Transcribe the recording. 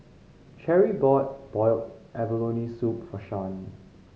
Cherie bought boiled abalone soup for Shan